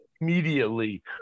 immediately